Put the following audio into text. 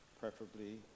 preferably